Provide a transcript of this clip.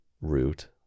root